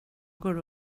går